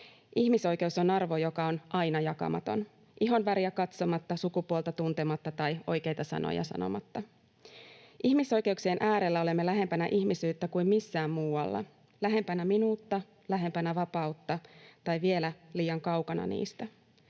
Ihmisoikeus on arvo, joka on aina jakamaton — ihonväriä katsomatta, sukupuolta tuntematta tai oikeita sanoja sanomatta. Ihmisoikeuksien äärellä olemme lähempänä ihmisyyttä kuin missään muualla — lähempänä minuutta, lähempänä vapautta tai vielä liian kaukana niistä,